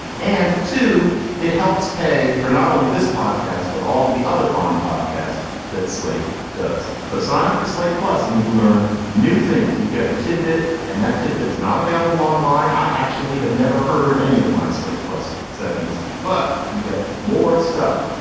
and two it helps pay for not only this podcast but all of the other fine podcasts that slate does. so sign up for slate plus and you learn new things you get a tidbit and that tidbit is not available online i actually have never heard any of my slate plus segments but you get more stuff.